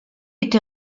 été